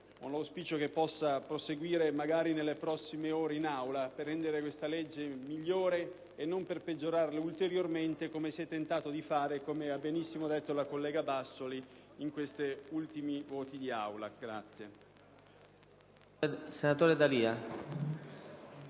l'auspicio che esso possa proseguire, magari nelle prossime ore in Aula, per rendere questa legge migliore e non per peggiorarla ulteriormente, come si è tentato di fare, come ha detto benissimo la collega Bassoli, con questi ultimi voti dell'Aula.